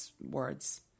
words